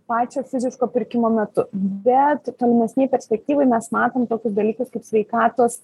pačio fiziško pirkimo metu bet tolimesnėj perspektyvoj mes matom tokius dalykus kaip sveikatos